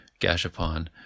Gashapon